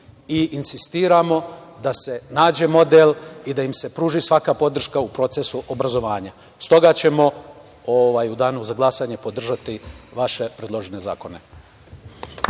i insistiramo da se nađe model i da im se pruži svaka podrška u procesu obrazovanja. Stoga ćemo u danu za glasanje, podržati vaše predložene zakone.